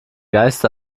geiste